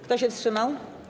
Kto się wstrzymał?